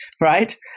right